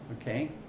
okay